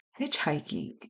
hitchhiking